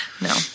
No